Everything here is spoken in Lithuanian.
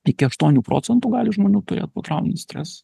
iki aštuonių procentų žmonių turėt potrauminį stres